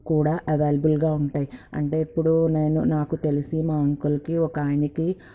కూడా అవైలబుల్గా ఉంటాయి అంటే ఇప్పుడు నేను నాకు తెలిసి మా అంకుల్కి ఒక ఆయనకి